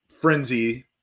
frenzy